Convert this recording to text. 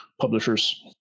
publishers